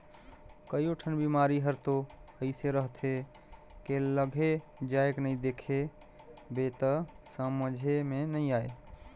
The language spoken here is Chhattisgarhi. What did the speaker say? कयोठन बिमारी हर तो अइसे रहथे के लिघे जायके नई देख बे त समझे मे नई आये